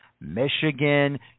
Michigan